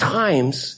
times